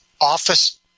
office